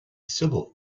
civil